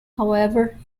however